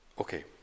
Okay